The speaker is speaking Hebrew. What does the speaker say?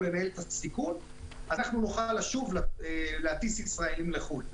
לנהל את הסיכון אנחנו נוכל לשוב להטיס ישראלים לחו"ל.